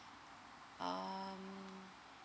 um